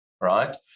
right